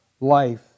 life